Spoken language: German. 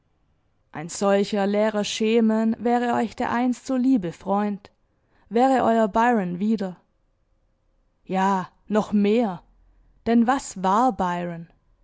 ein solcher leerer schemen wäre euch der einst so liebe freund wäre euer byron wieder ja noch mehr denn was war byron